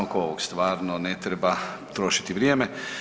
Oko ovog stvarno ne treba trošiti vrijeme.